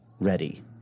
ready